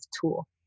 tool